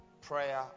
prayer